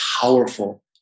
powerful